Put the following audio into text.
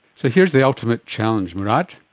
so here's the ultimate challenge murad,